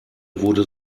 wurde